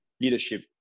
leadership